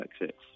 exits